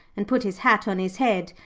and put his hat on his head,